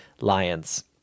Lions